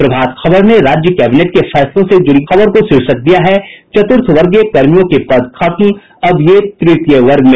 प्रभात खबर ने राज्य कैबिनेट के फैसलों से जुड़ी खबर को शीर्षक दिया है चत्र्थवर्गीय कर्मियों के पद खत्म अब ये तृतीय वर्ग में